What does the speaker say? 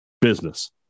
business